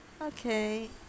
okay